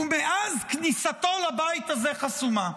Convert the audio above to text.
ומאז כניסתו לבית הזה חסומה.